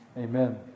Amen